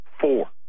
four